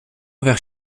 vers